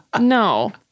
No